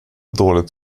dåligt